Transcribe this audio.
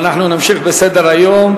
אנחנו נמשיך בסדר-היום.